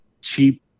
cheap